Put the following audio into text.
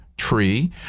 tree